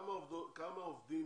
כמה עובדים